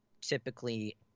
typically